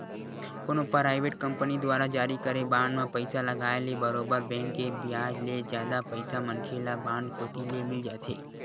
कोनो private company दुवारा जारी करे बांड म पइसा लगाय ले बरोबर बेंक के बियाज ले जादा पइसा मनखे ल बांड कोती ले मिल जाथे